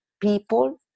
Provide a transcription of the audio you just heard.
people